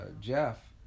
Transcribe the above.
Jeff